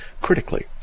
critically